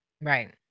Right